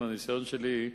מהניסיון שלי,